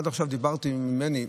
עד עכשיו דיברתי בשם עצמי,